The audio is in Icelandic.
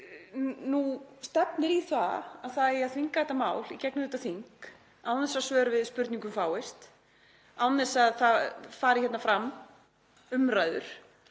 Nú stefnir í að það eigi að þvinga þetta mál í gegnum þetta þing án þess að svör við spurningum fáist, án þess að það fari fram umræður,